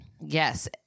yes